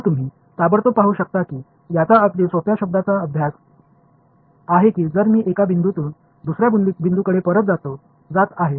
तर तुम्ही ताबडतोब पाहू शकता की याचा अगदी सोप्या शब्दांचा अभ्यास आहे की जर मी एका बिंदूतून त्याच बिंदूकडे परत जात आहे